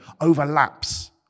overlaps